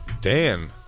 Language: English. Dan